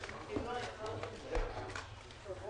11:30.